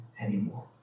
anymore